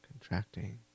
contracting